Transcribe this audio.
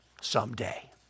someday